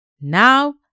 Now